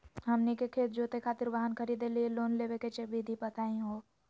हमनी के खेत जोते खातीर वाहन खरीदे लिये लोन लेवे के विधि बताही हो?